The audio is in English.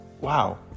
Wow